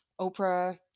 Oprah